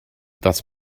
das